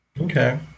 Okay